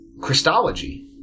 christology